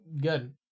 Good